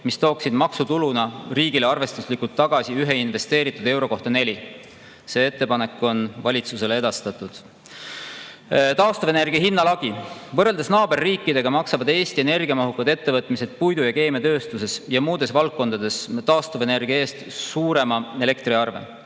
mis tooksid maksutuluna riigile arvestuslikult tagasi 1 investeeritud euro kohta 4 eurot. See ettepanek on valitsusele edastatud. Taastuvenergia hinna lagi. Võrreldes naaberriikidega maksavad Eesti energiamahukad ettevõtted puidu- ja keemiatööstuses ja muudeski valdkondades taastuvenergia eest suurema elektriarve.